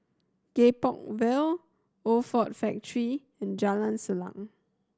Gek Poh Ville Old Ford Factory and Jalan Salang